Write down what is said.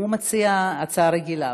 הוא מציע הצעה רגילה,